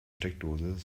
steckdose